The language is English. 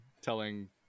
telling